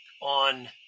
on